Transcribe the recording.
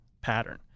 pattern